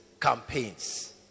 campaigns